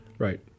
Right